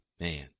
Man